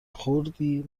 خردی